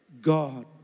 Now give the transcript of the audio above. God